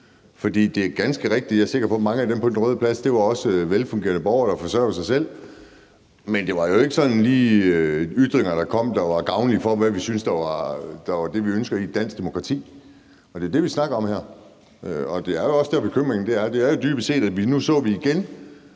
at italesætte problemet. Jeg er sikker på, at mange af dem på Den Røde Plads også var velfungerende borgere, der forsørger sig selv. Men det var jo ikke lige sådan, at de ytringer, der kom, var gavnlige for, hvad vi synes er det, vi ønsker i et dansk demokrati, og det er det, vi snakker om her. Det er jo der, bekymringen også er. Det er jo dybest set, at nu så vi igen